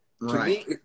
Right